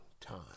time